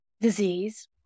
disease